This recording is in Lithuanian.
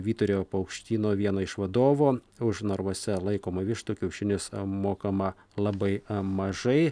vyturio paukštyno vieno iš vadovo už narvuose laikomų vištų kiaušinius mokama labai mažai